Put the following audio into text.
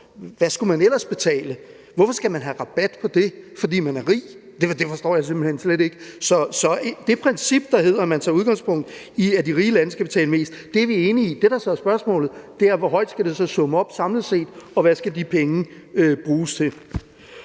Hvad skulle man ellers betale? Hvorfor skal man have rabat på det, fordi man er rig? Det forstår jeg simpelt hen slet ikke, så det princip, der hedder, at man tager udgangspunkt i, at de rige lande skal betale mest, er vi enige i. Det, der så er spørgsmålet, er, hvor højt det skal